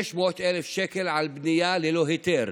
600,000, על בנייה ללא היתר.